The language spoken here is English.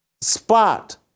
spot